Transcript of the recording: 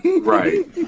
Right